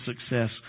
success